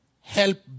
help